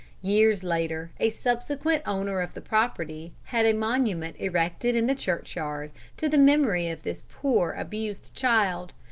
years later, a subsequent owner of the property had a monument erected in the churchyard to the memory of this poor, abused child,